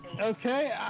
Okay